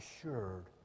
assured